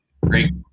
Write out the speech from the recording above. great